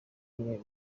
mwe